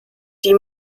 die